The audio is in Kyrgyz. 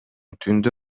түндө